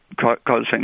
causing